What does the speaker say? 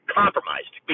compromised